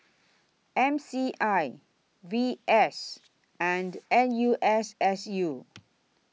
M C I V S and N U S S U